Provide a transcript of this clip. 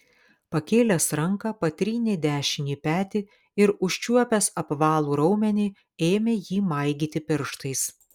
pakėlęs ranką patrynė dešinį petį ir užčiuopęs apvalų raumenį ėmė jį maigyti pirštais